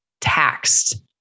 taxed